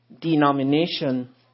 denomination